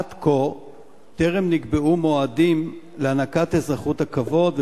ועד כה טרם נקבעו מועדים להענקת אזרחות הכבוד.